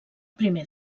primer